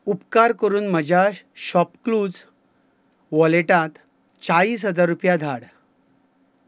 उपकार करून म्हज्या शॉपक्लूज वॉलेटांत चाळीस हजार रुपया धाड